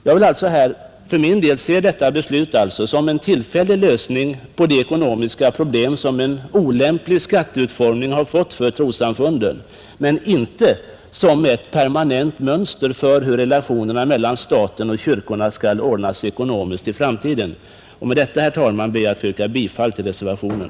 Jag vill alltså för min del se detta beslut som en tillfällig lösning på de ekonomiska problem som en olämplig skatteutformning har medfört för trossamfunden men inte som ett permanent mönster för hur de ekonomiska relationerna mellan staten och kyrkorna skall ordnas i framtiden. Med dessa ord, herr talman, ber jag att få yrka bifall till reservationen.